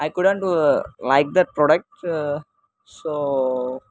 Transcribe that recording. I couldn't like that product so